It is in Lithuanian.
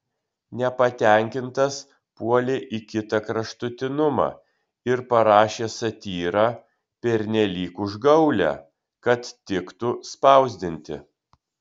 nepatenkintas puolė į kitą kraštutinumą ir parašė satyrą pernelyg užgaulią kad tiktų spausdinti